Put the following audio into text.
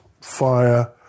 fire